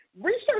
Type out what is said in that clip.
Research